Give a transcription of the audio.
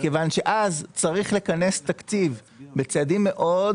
מכיוון שאז צריך לכנס תקציב בצעדים מאוד